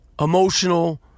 emotional